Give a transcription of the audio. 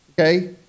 okay